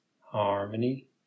Harmony